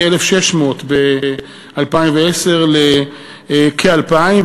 מ-1,600 ב-2010 לכ-2,000.